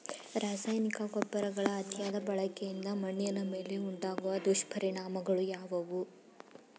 ರಾಸಾಯನಿಕ ಗೊಬ್ಬರಗಳ ಅತಿಯಾದ ಬಳಕೆಯಿಂದ ಮಣ್ಣಿನ ಮೇಲೆ ಉಂಟಾಗುವ ದುಷ್ಪರಿಣಾಮಗಳು ಯಾವುವು?